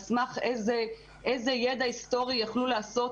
על סמך איזה ידע היסטורי יכלו לעשות